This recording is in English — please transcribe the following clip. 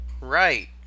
Right